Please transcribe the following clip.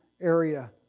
area